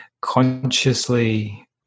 consciously